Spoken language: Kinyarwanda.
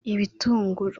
ibitunguru